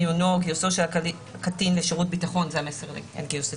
מיונו או גיוסו של הקטין לשירות ביטחון זה המסר לגיוס לצה"ל,